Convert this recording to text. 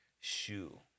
shoe